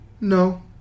No